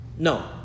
No